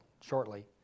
shortly